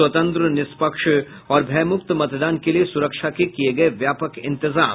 स्वतंत्र निष्पक्ष और भयमुक्त मतदान के लिये सुरक्षा के किये गये व्यापक इंतजाम